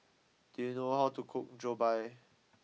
do you know how to cook Jokbal